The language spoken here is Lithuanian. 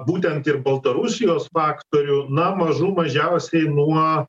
būtent ir baltarusijos faktorių na mažų mažiausiai nuo